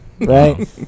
Right